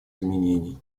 изменений